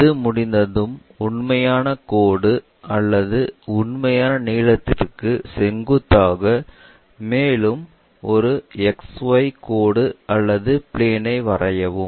அது முடிந்ததும் உண்மையான கோடு அல்லது உண்மையான நீளத்திற்கு செங்குத்தாக மேலும் ஒரு X1 Y1 கோடு அல்லது பிளேன் ஐ வரையவும்